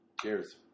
Cheers